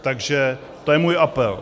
Takže to je můj apel.